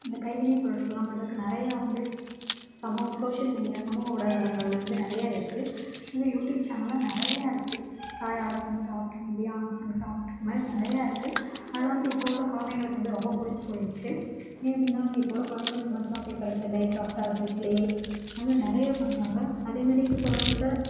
இந்த கைவினைப் பொருட்கள்லாம் பண்றதுக்கு நிறையா வந்து சமூக சோஷியல் மீடியா சமூக ஊடகங்களில் வந்து நிறைய இருக்குது இன்னும் யூடியூப் சேனல்லாம் நிறையா இருக்குது Sai arts and craft arts and craft இதுமாதிரி நிறையா இருக்குது அதெல்லாம் வந்து இப்போ உள்ள குழந்தைங்களுக்கு வந்து ரொம்ப பிடிச்சி போயிடுத்து ஏன் அப்படின்னா வந்து இப்போ உள்ள குழந்தைகளும் சும்மா சும்மா பேப்பர் எடுத்து டை கிராஃப்ட்டு அடுத்தது க்ளே இந்தமாதிரி நிறைய பண்றாங்க அதேமாதிரி இப்போ உள்ள